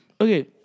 Okay